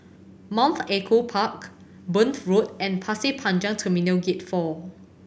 Mount Echo Park Burn Road and Pasir Panjang Terminal Gate Four